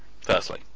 firstly